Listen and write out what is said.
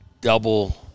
double